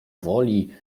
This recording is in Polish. woli